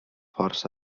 força